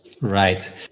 Right